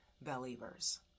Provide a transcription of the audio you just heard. Believers